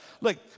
look